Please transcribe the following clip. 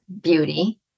beauty